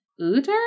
Uter